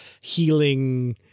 healing